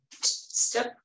step